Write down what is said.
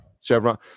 Chevron